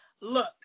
Look